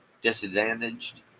disadvantaged